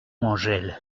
angèle